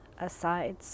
aside